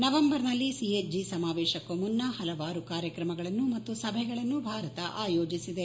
ನವೆಂಬರ್ನಲ್ಲಿ ಸಿಹೆಚ್ಜಿ ಸಮಾವೇಶಕ್ಕೂ ಮುನ್ನ ಹಲವಾರು ಕಾರ್ಯಕ್ರಮಗಳನ್ನು ಮತ್ತು ಸಭೆಗಳನ್ನು ಭಾರತ ಆಯೋಜಿಸಿದೆ